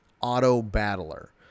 auto-battler